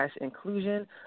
inclusion